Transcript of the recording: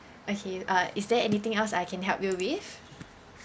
okay uh is there anything else I can help you with